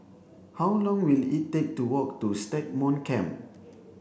how long will it take to walk to Stagmont Camp